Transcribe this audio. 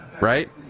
right